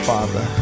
Father